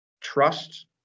trust